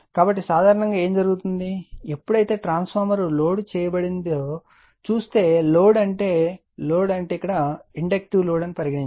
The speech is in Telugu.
కాబట్టి సాధారణంగా ఏమి జరుగుతుంది ఎప్పుడైతే ట్రాన్స్ఫార్మర్ లోడ్ చేయబడిందో చూస్తే లోడ్ అంటే లోడ్ అంటే ఇండక్టీవ్ లోడ్ అని పరిగణించండి